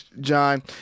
John